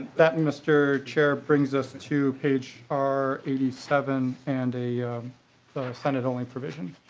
that and mr. chair brings us to page r eighty seven and a so center only provisions.